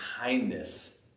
kindness